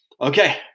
Okay